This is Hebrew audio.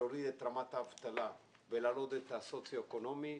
להוריד את רמת האבטלה ולהעלות את המצב הסוציו אקונומי,